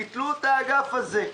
ביטלו את האגף הזה.